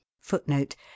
Footnote